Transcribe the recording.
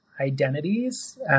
identities